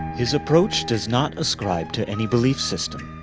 his approach does not ascribe to any belief system,